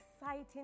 exciting